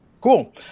Cool